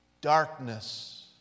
Darkness